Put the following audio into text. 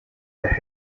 der